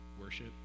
worship